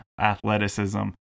athleticism